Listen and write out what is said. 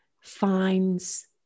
finds